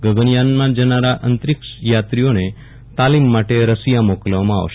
ગગનયાનમાં જનારા અંતરિક્ષયાત્રીઓને તાલીમ માટે રશિયા મોકલવામાં આવશે